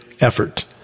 effort